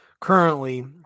currently